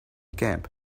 camp